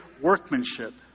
workmanship